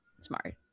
Smart